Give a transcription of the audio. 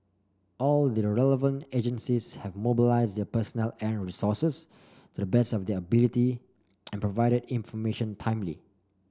all the relevant agencies have mobilised their personnel and resources to the best of their ability and provided information timely